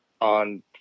on